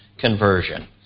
conversion